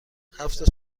هفت